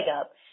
up